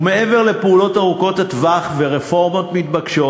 ומעבר לפעולות ארוכות הטווח ורפורמות מתבקשות,